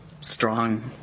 strong